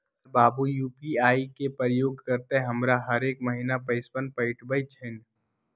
हमर बाबू यू.पी.आई के प्रयोग करइते हमरा हरेक महिन्ना पैइसा पेठबइ छिन्ह